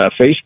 Facebook